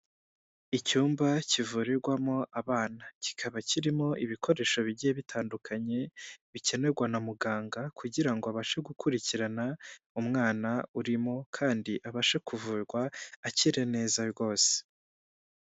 Icyumba kivurirwamo abana, kikaba kirimo ibikoresho bigiye bitandukanye, bikenerwa na muganga kugira abashe gukurikirana umwana urimo kandi abashe kuvurwa akira neza rwose